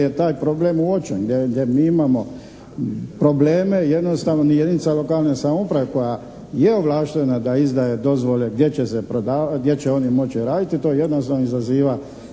gdje je taj problem uočen, gdje mi imamo probleme jednostavno jedinica lokalne samouprave koja je ovlaštena da izdaje dozvole gdje će oni moći raditi to jednostavno izaziva